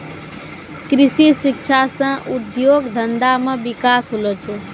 कृषि शिक्षा से उद्योग धंधा मे बिकास होलो छै